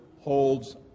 holds